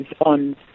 on